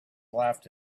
laughed